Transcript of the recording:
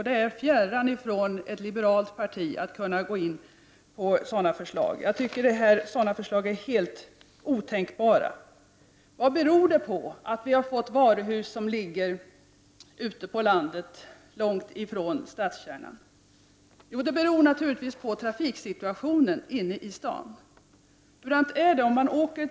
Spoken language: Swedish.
Det är fjärran från ett liberalt parti att kunna stödja ett sådant förslag. Jag tycker att det är helt otänkbart. Vad beror det på att vi har fått varuhus som ligger ute på landet, långt ifrån stadskärnan? Jo, det beror naturligtvis på trafiksituationen inne i städerna.